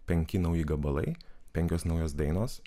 penki nauji gabalai penkios naujos dainos